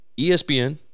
ESPN